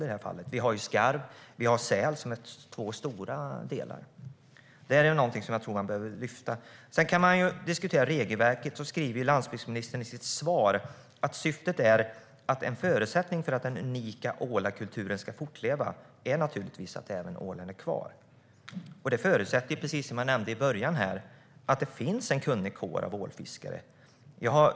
Där finns skarv och säl. Den frågan behöver lyftas fram. Vi kan diskutera regelverket. Landsbygdsministern sa i sitt svar att förutsättningen för att den unika ålakulturen ska fortleva är naturligtvis att ålen är kvar. Det förutsätter, precis som jag nämnde i början, att det finns en kunnig kår av ålfiskare.